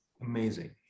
amazing